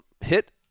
hit